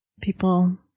people